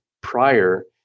prior